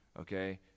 okay